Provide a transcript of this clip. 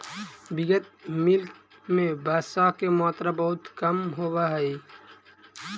vegan milk में वसा के मात्रा बहुत कम होवऽ हइ